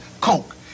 Coke